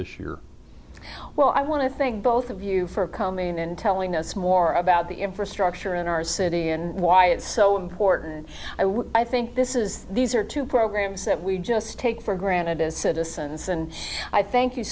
this year well i want to thank both of you for coming in and telling us more about the infrastructure in our city and why it's so important and i would i think this is these are two programs that we just take for granted as citizens and i thank you